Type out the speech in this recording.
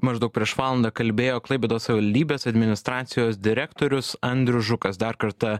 maždaug prieš valandą kalbėjo klaipėdos savivaldybės administracijos direktorius andrius žukas dar kartą